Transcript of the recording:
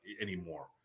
anymore